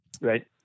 right